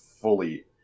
fully